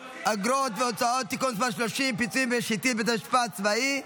אגרות והוצאות (תיקון מס' 30) (פיצויים שהטיל בית משפט צבאי),